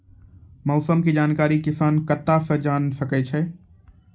मौसम के जानकारी किसान कता सं जेन सके छै?